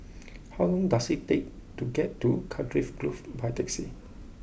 how long does it take to get to Cardiff Grove by taxi